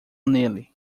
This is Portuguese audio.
nele